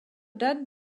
that